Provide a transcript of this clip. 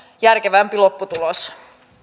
järkevämpi lopputulos